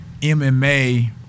MMA